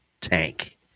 tank